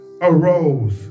arose